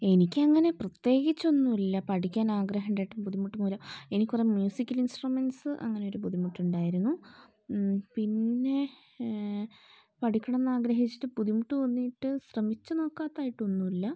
എനിക്ക് അങ്ങനെ പ്രത്യേകിച്ച് ഒന്നുമില്ല പഠിക്കാനാഗ്രഹമുണ്ടായിട്ടും ബുദ്ധിമുട്ട് മൂലം എനിക്ക് കുറേ മ്യൂസിക്കൽ ഇൻസ്ട്രുമെൻറ്റ്സ് അങ്ങനെ ഒരു ബുദ്ധിമുട്ടുണ്ടായിരുന്നു പിന്നെ പഠിക്കണം എന്ന് ആഗ്രഹിച്ചിട്ട് ബുദ്ധിമുട്ട് തോന്നിയിട്ട് ശ്രമിച്ചു നോക്കാത്തതായിട്ട് ഒന്നും ഇല്ല